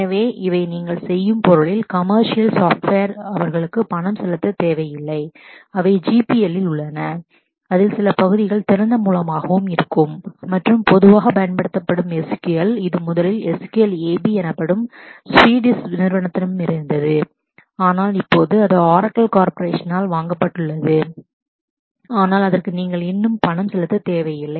எனவே இவை யாவும் நான் கமர்ஷியல் சாப்ட்வேர் அவர்களுக்கு பணம் செலுத்தத் தேவையில்லை அவை GPL இல் உள்ளன அதில் சில பகுதிகள் திறந்த மூலமாகவும் இருக்கும் அவற்றிற்கு பணம் செலுத்த தேவையில்லை மற்றும் பொதுவாகப் பயன்படுத்தப்படும் SQL இது முதலில் SQL AB எனப்படும் ஸ்வீடிஷ் நிறுவனத்திடமிருந்து வந்தது ஆனால் இப்போது அது ஆரக்கிள் கார்ப்பரேஷனால் வாங்கப்பட்டுள்ளது ஆனால் அதற்கு நீங்கள் இன்னும் பணம் செலுத்த தேவையில்லை